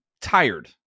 tired